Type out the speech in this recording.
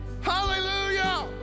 Hallelujah